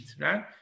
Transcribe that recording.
right